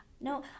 No